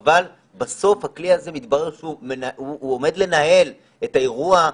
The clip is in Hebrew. אבל בסוף הכלי מתברר שהוא עומד לנהל את האירוע.